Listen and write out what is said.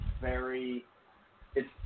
very—it's